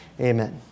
Amen